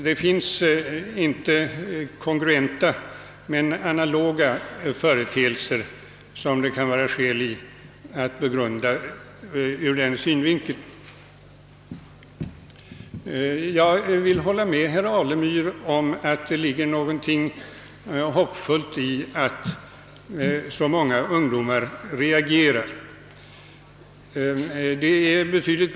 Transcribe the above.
Det finns inte kongruenta men analoga företeelser i dag som det kan vara skäl i att begrunda ur den synvinkeln. Jag håller med herr Alemyr om att det ligger något hoppfullt i att så många ungdomar reagerar i de här sammanhangen.